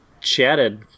chatted